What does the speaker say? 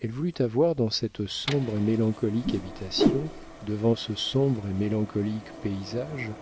elle voulut avoir dans cette sombre et mélancolique habitation devant ce sombre et mélancolique paysage